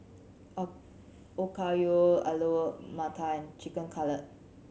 Okayu Alu Matar and Chicken Cutlet